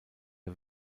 der